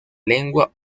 lengua